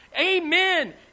Amen